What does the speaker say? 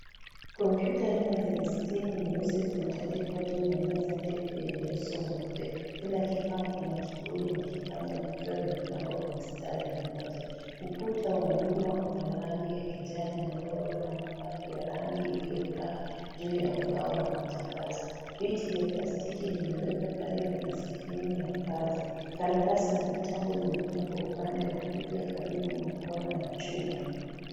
Kompyuta nne zenye skrini nyeusi zimetandikwa juu ya meza ndefu yenye uso nyeupe. Kila kifaa kina kibodi na kipanya vikiwa vimepangwa kwa mstari mmoja. Ukuta wa nyuma una rangi ya kijani nyororo na mabaki ya rangi iliyopaa juu ya ubao wa matangazo. Viti vya plastiki vimewekwa karibu na sehemu ya kazi. Karatasi na vitabu vimepangwa upande wa kulia karibu na kona ya chumba.